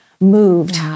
moved